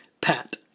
Pat